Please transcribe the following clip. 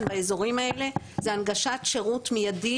באזורים האלה זה הנגשת שירות מיידי,